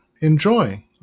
enjoy